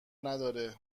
نداره